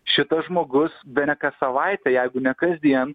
šitas žmogus bene kas savaitę jeigu ne kasdien